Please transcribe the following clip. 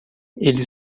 eles